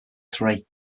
three